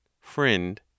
FRIEND